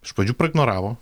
iš pradžių ignoravo